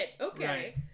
okay